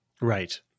Right